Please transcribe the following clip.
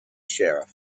sheriff